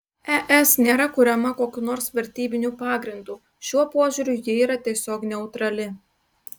es nėra kuriama kokiu nors vertybiniu pagrindu šiuo požiūriu ji yra tiesiog neutrali